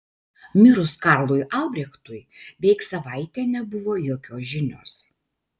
mirus karlui albrechtui beveik savaitę nebuvo jokios žinios